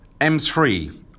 M3